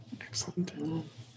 Excellent